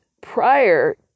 prior